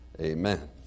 Amen